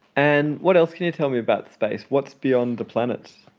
and what else can you tell me about space? what's beyond the planets?